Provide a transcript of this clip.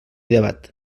debat